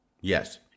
Yes